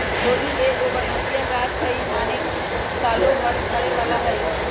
खोबि एगो बरमसिया ग़ाछ हइ माने सालो भर फरे बला हइ